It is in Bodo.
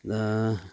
दा